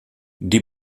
die